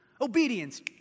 Obedience